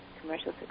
commercial